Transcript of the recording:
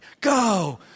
Go